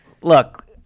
look